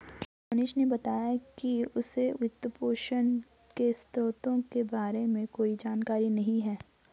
मोहनीश ने बताया कि उसे वित्तपोषण के स्रोतों के बारे में कोई जानकारी नही है